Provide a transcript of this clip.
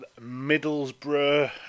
Middlesbrough